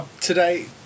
today